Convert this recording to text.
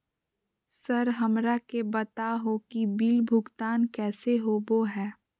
Sir हमरा के बता हो कि बिल भुगतान कैसे होबो है?